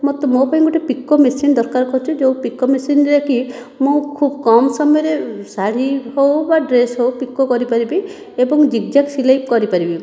ମୋତେ ମୋ ପାଇଁ ଗୋଟିଏ ପିକୋ ମେସିନ ଦରକାର ପଡ଼ୁଛି ଯେଉଁ ପିକୋ ମେସିନରେ କି ମୁଁ ଖୁବ କମ ସମୟରେ ଶାଢ଼ୀ ହେଉ ବା ଡ୍ରେସ୍ ହେଉ ପିକୋ କରିପାରିବି ଏବଂ ଜିଗଜାଗ୍ ସିଲେଇ କରିପାରିବି